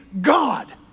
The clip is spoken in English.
God